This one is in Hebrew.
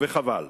וחבל,